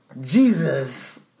Jesus